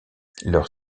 leur